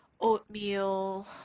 oatmeal